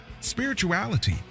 spirituality